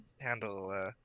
handle